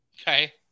Okay